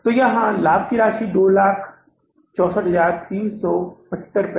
तो यहाँ लाभ की राशि 264375 है